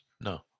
No